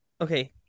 okay